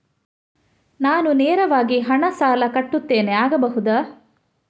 ನಾನು ನೇರವಾಗಿ ಹಣ ಸಾಲ ಕಟ್ಟುತ್ತೇನೆ ಆಗಬಹುದ?